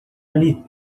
ali